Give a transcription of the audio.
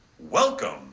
Welcome